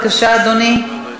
בבקשה, אדוני.